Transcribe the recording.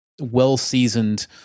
well-seasoned